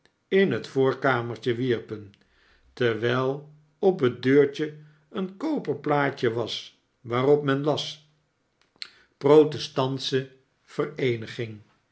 in het voorkamertje wierpen terwijl op het deurtje een koper plaatje was waarop men las protestantsche vereeniging